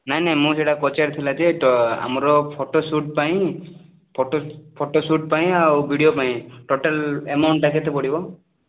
ନାଇଁ ନାଇଁ ମୁଁ ସେଇଟା ପଚାରିଥିଲା ଯେ ତ ଆମର ଫଟୋ ଶୁଟ୍ ପାଇଁ ଫଟୋ ଫଟୋ ଶୁଟ୍ ପାଇଁ ଆଉ ଭିଡ଼ିଓ ପାଇଁ ଟୋଟାଲ୍ ଆମାଉଣ୍ଟ୍ଟା କେତେ ପଡ଼ିବ